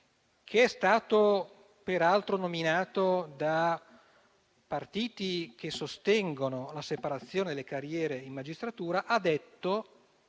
che è stato peraltro nominato da partiti che sostengono la separazione delle carriere in magistratura, ha detto